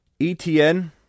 ETN